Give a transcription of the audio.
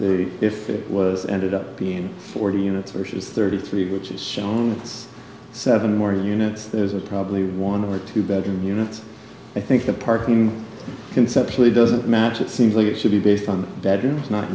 that if it was ended up being forty units or she's thirty three which is shown it's seven more units there's are probably one or two bedroom units i think the parking conceptually doesn't match it seems like it should be based on bedrooms not